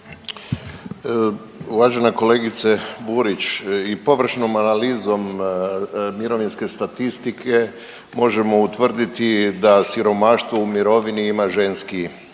Uvažena kolegice Burić i površnom analizom mirovinske statistike možemo utvrditi da siromaštvu u mirovini ima ženski